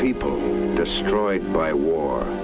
people destroyed by war